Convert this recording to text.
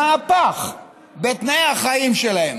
מהפך בתנאי החיים שלהם.